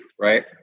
right